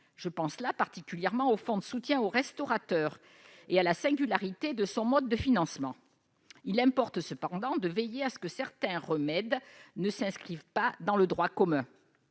Je pense particulièrement au fonds de soutien aux restaurateurs et à la singularité de son mode de financement. Il importe cependant de veiller à ce que certains remèdes ne s'inscrivent pas dans le droit commun.